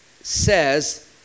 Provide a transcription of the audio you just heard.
says